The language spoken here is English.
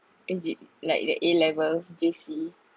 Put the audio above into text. is it like the A levels J_C